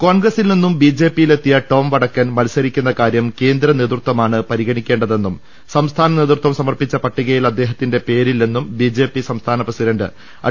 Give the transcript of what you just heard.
കോൺഗ്രസിൽനിന്നും ബിജെപിയിലെത്തിയ ടോം വടക്കൻ മത്സ രിക്കു ന്ന കാര്യം കേന്ദ്ര നേ തൃ തൃ മാണ് പരിഗണിക്കേണ്ട തെന്നും ് സംസ്ഥാന നേതൃത്വം സമർപ്പിച്ച പട്ടികയിൽ അദ്ദേഹത്തിന്റെ പേരില്ലെന്നും ബിജെപി സംസ്ഥാന പ്രസി ഡന്റ് അഡ